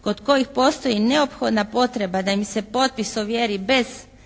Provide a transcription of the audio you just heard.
kod kojih postoji neophodna potreba da im se potpis ovjeri bez njihove